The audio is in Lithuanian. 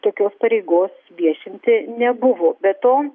tokios pareigos viešinti nebuvo be to